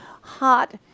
hot